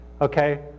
okay